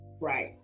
Right